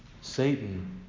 Satan